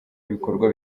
ibikorwa